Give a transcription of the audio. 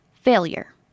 Failure